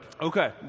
Okay